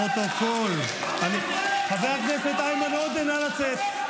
לפרוטוקול, חבר הכנסת איימן עודה, נא לצאת.